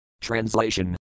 Translation